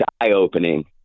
eye-opening